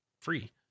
free